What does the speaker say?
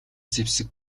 зэвсэг